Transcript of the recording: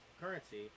currency